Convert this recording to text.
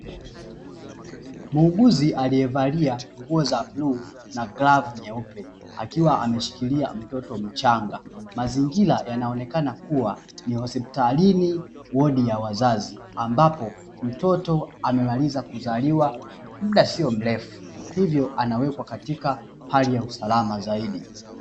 Muuguzi aliyevalia nguo za bluu na grovu nyeupe, akiwa ameshikilia mtoto mchanga mazingira yanaonekana kuwa ni hospitalini wodi ya wazazi, ambapo mtoto amemaliza kuzaliwa muda sio mrefu hivyo anawekwa katika hali ya usalama zaidi.